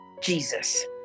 Jesus